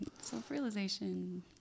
Self-realization